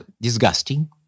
disgusting